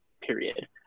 period